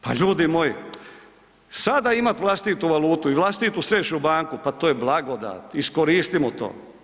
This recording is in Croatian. Pa ljudi moji, sada imat vlastitu valutu i vlastitu središnju banku, pa to je blagodat, iskoristimo to.